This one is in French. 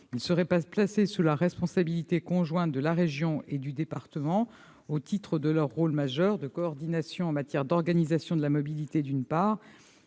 serait placée sous la responsabilité conjointe de la région et du département, au titre de leur rôle majeur de coordination en matière, respectivement, d'organisation de la mobilité et